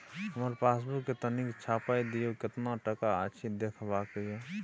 हमर पासबुक के तनिक छाय्प दियो, केतना टका अछि देखबाक ये?